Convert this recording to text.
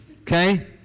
Okay